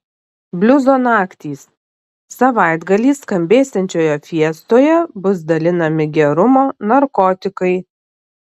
bliuzo naktys savaitgalį skambėsiančioje fiestoje bus dalinami gerumo narkotikai